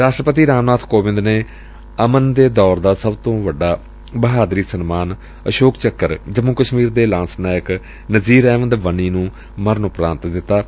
ਰਾਸਟਰਪਤੀ ਰਾਮ ਨਾਥ ਕੋਵਿੰਦ ਨੇ ਅਮਨ ਦੇ ਦੌਰ ਦਾ ਸਭ ਤੋਂ ਵੱਡਾ ਬਹਾਦਰੀ ਸਨਮਾਨ ਅਸੋਕ ਚੱਕਰ ਜੰਮੁ ਕਸ਼ਮੀਰ ਦੇ ਲਾਂਸ ਨਾਇਕ ਨਜ਼ੀਰ ਅਹਿਮਦ ਵਨੀ ਨੂੰ ਮਰਨ ਉਪਰਾਂਤ ਦਿੱਤਾ ਗਿਆ